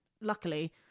luckily